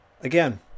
Again